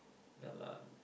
ya lah